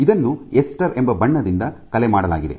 ಇದನ್ನು ಎಸ್ಟರ್ ಎಂಬ ಬಣ್ಣದಿಂದ ಕಲೆ ಮಾಡಲಾಗಿದೆ